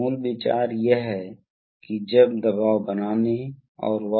दूसरा यह है कि यह कम काम के दबाव में संचालित किया जाएगा